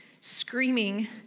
screaming